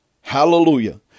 Hallelujah